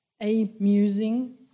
amusing